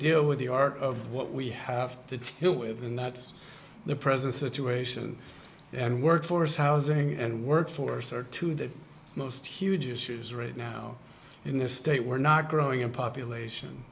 deal with the art of what we have to deal with and that's the present situation and workforce housing and workforce are two the most huge issues right now in the state we're not growing in population